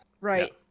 Right